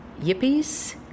yippies